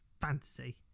fantasy